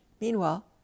Meanwhile